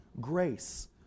grace